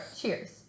Cheers